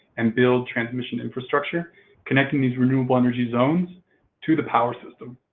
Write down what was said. and build transmission infrastructure connecting these renewable energy zones to the power system.